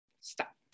Stop